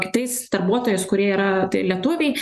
kitais darbuotojais kurie yra tai lietuviai